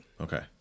Okay